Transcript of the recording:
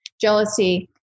jealousy